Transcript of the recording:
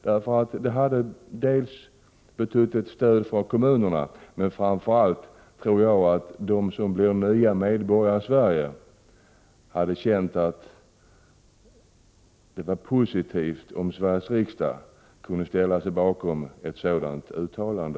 Ett sådant uttalande skulle innebära ett stöd för kommunerna, men framför allt tror jag att de som har blivit nya medborgare i Sverige skulle uppfatta det som positivt om Sveriges riksdag ställde sig bakom ett sådant uttalande.